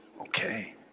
Okay